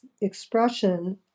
expression